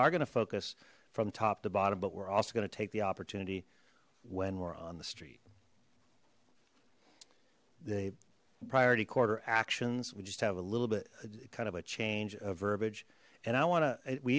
are going to focus from top to bottom but we're also going to take the opportunity when we're on the street the priority quarter actions we just have a little bit kind of a change of verbage and i wan